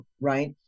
right